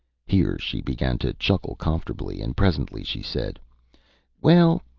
here she began to chuckle comfortably, and presently she said well,